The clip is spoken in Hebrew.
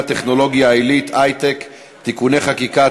הטכנולוגיה העילית (היי-טק) (תיקוני חקיקה),